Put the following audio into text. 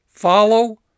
Follow